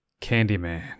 Candyman